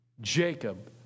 Jacob